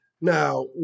Now